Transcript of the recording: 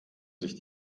sich